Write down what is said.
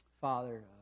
Father